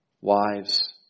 wives